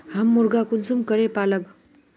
हम मुर्गा कुंसम करे पालव?